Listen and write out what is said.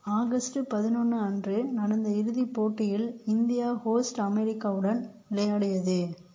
August பதினொன்று அன்று நடந்த இறுதிப் போட்டியில் இந்தியா ஹோஸ்ட் அமெரிக்காவுடன் விளையாடியது